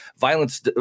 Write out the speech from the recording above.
Violence